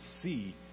see